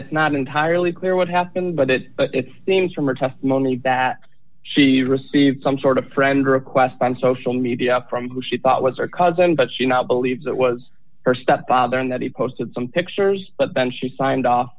it's not entirely clear what happened but it seems from her testimony that she received some sort of a friend request on social media from who she thought was her cousin but she now believes that was her stepfather and that he posted some pictures but then she signed off